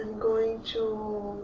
going to.